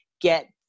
get